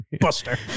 Buster